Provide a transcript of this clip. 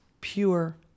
pure